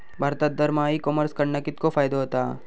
भारतात दरमहा e commerce कडणा कितको फायदो होता?